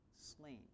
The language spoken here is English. slain